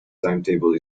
timetable